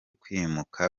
kwimuka